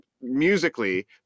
musically